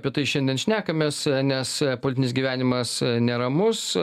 apie tai šiandien šnekamės nes politinis gyvenimas neramus